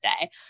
day